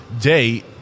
day